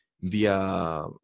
via